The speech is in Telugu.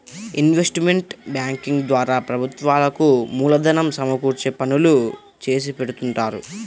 ఇన్వెస్ట్మెంట్ బ్యేంకింగ్ ద్వారా ప్రభుత్వాలకు మూలధనం సమకూర్చే పనులు చేసిపెడుతుంటారు